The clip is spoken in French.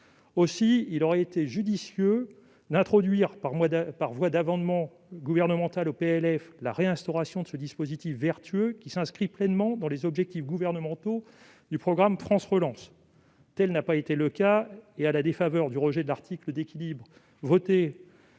Aussi, il eût été judicieux d'introduire par voie d'amendement gouvernemental au projet de loi de finances la réinstauration de ce dispositif vertueux, qui s'inscrit pleinement dans les objectifs gouvernementaux du programme France Relance. Cela n'a pas été fait, et, en raison du rejet de l'article d'équilibre voté